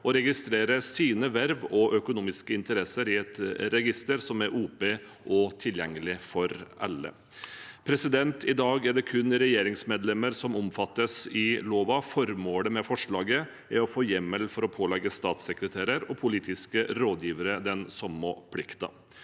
å registrere sine verv og økonomiske interesser i et register som er åpent og tilgjengelig for alle. I dag er det kun regjeringsmedlemmer som omfattes av loven. Formålet med forslaget er å få hjemmel til å pålegge statssekretærer og politiske rådgivere den samme plikten.